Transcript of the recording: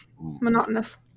monotonous